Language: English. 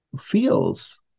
feels